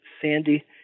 Sandy